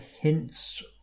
hints